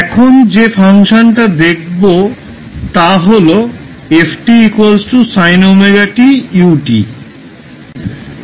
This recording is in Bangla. এখন যে ফাংশান টা দেখবো তা হল f sin ωtu